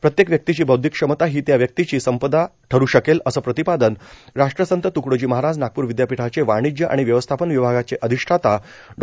प्रत्येक व्यक्तीची बौद्विक क्षमता ही त्या व्यक्तीची संपदा ठरू शकेल असं प्रतिपादन राष्ट्रसंत त्कडोजी महाराज नागपूर विद्यापीठाचे वाणिज्य आणि व्यवस्थापन विभागाचे अधिष्ठाता डॉ